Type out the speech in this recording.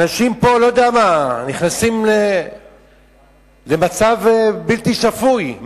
אנשים פה נכנסים למצב בלתי שפוי,